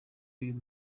uyu